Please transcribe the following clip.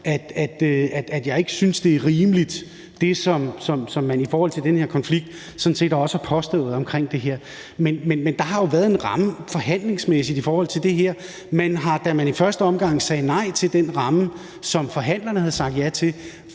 at jeg ikke synes, det er rimeligt, hvad man i forhold til den her konflikt sådan set også har påstået omkring det her. Men der har jo været en ramme forhandlingsmæssigt i forhold til det her. Der blev, da man i første omgang sagde nej til den ramme, som forhandlerne havde sagt ja til,